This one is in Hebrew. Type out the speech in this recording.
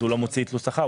אז הוא לא מוציא תלוש שכר.